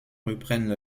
reprennent